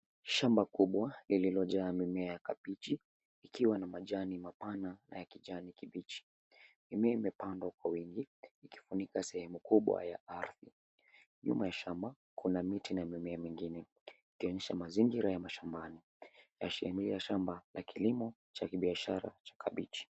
Shamba kubwa lililojaa mimea ya kabichi ikiwa na majani mapana na ya kijani mabichi, mimea imeandwa kwa wingi ikifunika sehemu kubwa ya ardhi. Nyuma ya shamba kuna miti na mimea mingine ikionyesha mazingira ya mashambani ya sehemu ya shamba la kilimo cha kibiashara cha kabichi.